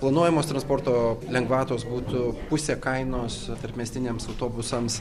planuojamos transporto lengvatos būtų pusė kainos tarpmiestiniams autobusams